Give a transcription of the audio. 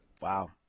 Wow